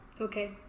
Okay